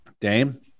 Dame